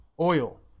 oil